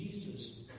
Jesus